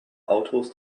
autos